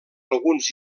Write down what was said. alguns